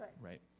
right